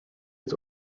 its